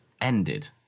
ended